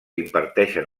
imparteixen